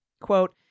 Quote